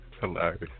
Hilarious